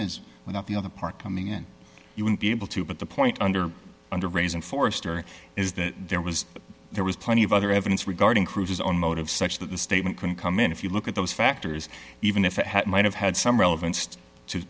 is without the other part coming in you won't be able to but the point under under raising for story is that there was there was plenty of other evidence regarding cruise's own motive such that the statement can come in if you look at those factors even if it had might have had some relevance to